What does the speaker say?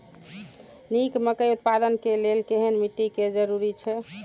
निक मकई उत्पादन के लेल केहेन मिट्टी के जरूरी छे?